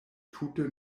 tute